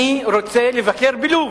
אני רוצה לבקר בלוב.